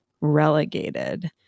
relegated